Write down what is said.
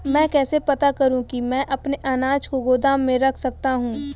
मैं कैसे पता करूँ कि मैं अपने अनाज को गोदाम में रख सकता हूँ?